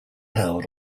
held